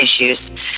issues